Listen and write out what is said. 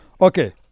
Okay